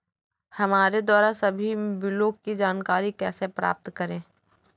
हमारे द्वारा सभी बिलों की जानकारी कैसे प्राप्त करें?